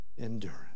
endurance